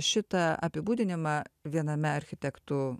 šitą apibūdinimą viename architektų